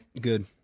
Good